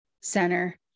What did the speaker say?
center